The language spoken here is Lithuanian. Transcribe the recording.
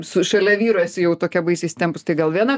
su šalia vyro esi jau tokia baisiai įsitempus tai gal viena